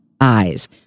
eyes